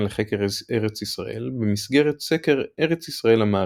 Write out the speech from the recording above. לחקר ארץ ישראל במסגרת סקר ארץ ישראל המערבית,